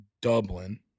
Dublin